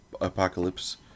apocalypse